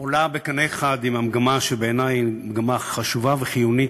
עולה בקנה אחד עם המגמה שבעיני היא חשובה וחיונית,